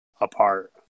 apart